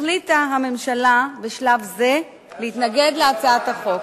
החליטה הממשלה, בשלב זה, להתנגד להצעת החוק.